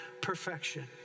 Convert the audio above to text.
perfection